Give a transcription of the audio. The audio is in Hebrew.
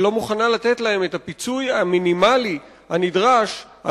שלא מוכנה לתת להם את הפיצוי המינימלי הנדרש על